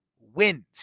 wins